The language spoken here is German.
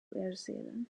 erzielen